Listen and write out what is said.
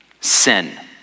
Sin